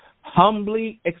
Humbly